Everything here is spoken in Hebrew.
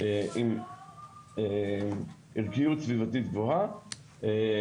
עם ערכיות סביבתית גבוהה,